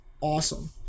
awesome